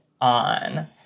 on